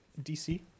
DC